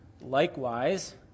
Likewise